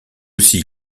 aussi